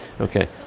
okay